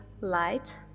light